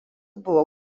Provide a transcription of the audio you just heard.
buvo